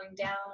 down